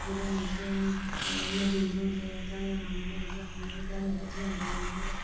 जेह्ड़े मींस कि मजदूर होंदे ध्याड़ियां लाने आह्ले होंदे उंदियां अपनियां बी ध्याड़ियां भज्जी जंदियां न फिर